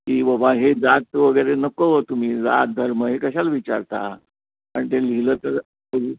की बाबा हे जात वगैरे नको तुम्ही जात धर्म हे कशाला विचारता कारण ते लिहिलं तर तुम्ही